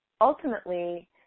ultimately